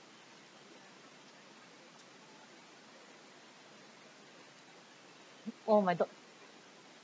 oh my daughter